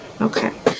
Okay